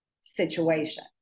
situation